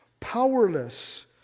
powerless